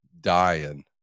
dying